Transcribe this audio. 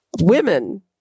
Women